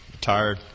tired